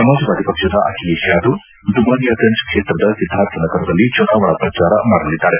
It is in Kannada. ಸಮಾಜವಾದಿ ಪಕ್ಷದ ಅಖಿಲೇಶ್ ಯಾದವ್ ದುಮಾರಿಯಾ ಗಂಜ್ ಕ್ಷೇತ್ರದ ಸಿದ್ದಾರ್ಥ್ ನಗರದಲ್ಲಿ ಚುನಾವಣಾ ಪ್ರಚಾರ ಮಾಡಲಿದ್ದಾರೆ